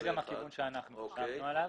זה גם הכיוון שאנחנו חשבנו עליו.